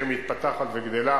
עיר מתפתחת וגדלה,